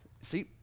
See